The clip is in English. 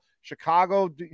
Chicago